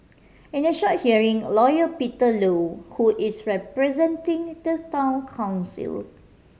in a short hearing Lawyer Peter Low who is representing the Town Council